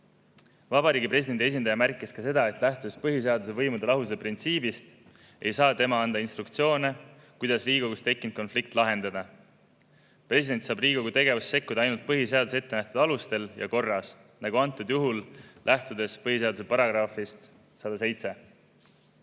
Vabariigi Presidendi esindaja märkis ka seda, et lähtudes põhiseaduses [sätestatud] võimude lahususe printsiibist, ei saa [president] anda instruktsioone, kuidas Riigikogus tekkinud konflikt lahendada. President saab Riigikogu tegevusse sekkuda ainult põhiseaduses ette nähtud alustel ja korras, nagu antud juhul, lähtudes põhiseaduse §‑st 107.